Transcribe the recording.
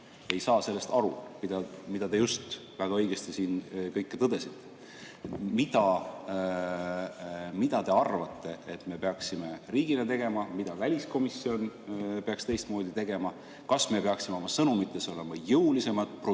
ei saa aru sellest, mida te just väga õigesti siin tõdesite? Mis te arvate, mida me peaksime riigina tegema? Mida väliskomisjon peaks teistmoodi tegema? Kas me peaksime oma sõnumitega olema jõulisemad, brutaalsemad,